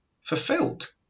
fulfilled